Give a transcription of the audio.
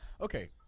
Okay